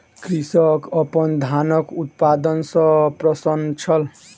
कृषक अपन धानक उत्पादन सॅ प्रसन्न छल